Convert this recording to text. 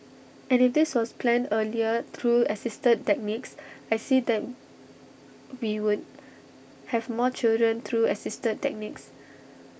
and if this was planned earlier through assisted techniques I see that we would have more children through assisted techniques